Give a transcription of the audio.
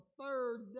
third